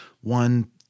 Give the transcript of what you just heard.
one